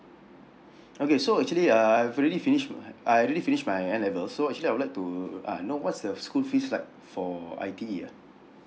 okay so actually uh I've already finish my I've already finish my N level so actually I would like to uh know what's the school fees like for I_T_E ah